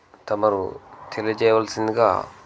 తమరు తెలియజేయవలసిందిగా